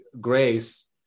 Grace